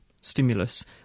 stimulus